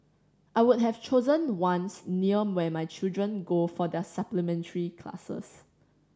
I would have chosen ones near where my children go for their supplementary classes